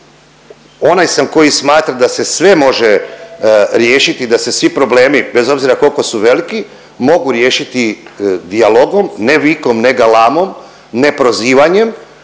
onaj sam koji smatra da se sve može riješiti i da se svi problemi bez obzira koliko su veliki mogu riješiti dijalogom, ne vikom, ne galamom, ne prozivanjem